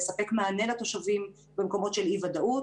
לספק מענה לתושבים במקומות של אי ודאות,